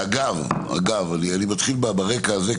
אני מתחיל ברקע הזה,